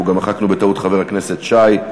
אנחנו מחקנו בטעות גם את חבר הכנסת שי,